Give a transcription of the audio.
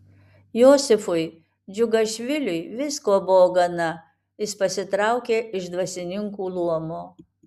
josifui džiugašviliui visko buvo gana jis pasitraukė iš dvasininkų luomo